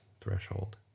threshold